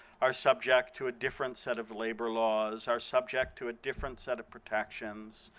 are subject to a different set of labor laws. are subject to a different set of protections.